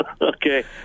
Okay